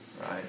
Right